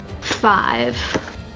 five